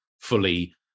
fully